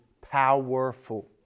powerful